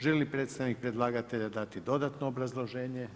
Želi li predstavnik predlagatelja dati dodatno obrazloženje?